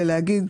ולהגיד